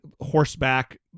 horseback